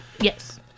Yes